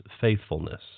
faithfulness